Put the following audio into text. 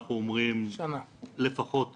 אנחנו אומרים לפחות שנה.